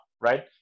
right